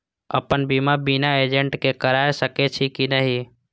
अपन बीमा बिना एजेंट के करार सकेछी कि नहिं?